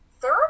third